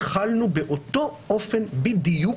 החלנו באותו אופן בדיוק,